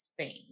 Spain